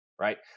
right